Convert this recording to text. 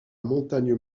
montagne